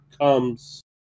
comes